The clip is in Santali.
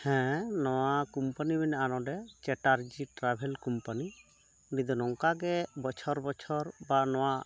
ᱦᱮᱸ ᱱᱚᱣᱟ ᱠᱚᱢᱯᱟᱱᱤ ᱢᱮᱱᱟᱜᱼᱟ ᱱᱚᱸᱰᱮ ᱪᱮᱴᱟᱨᱡᱤ ᱴᱨᱟᱵᱷᱮᱞ ᱠᱚᱢᱯᱟᱱᱤ ᱩᱱᱤᱫᱚ ᱱᱚᱝᱠᱟᱜᱮ ᱵᱚᱪᱷᱚᱨ ᱵᱚᱪᱷᱚᱨ ᱵᱟ ᱱᱚᱝᱠᱟ ᱜᱮ ᱱᱚᱣᱟ